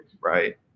right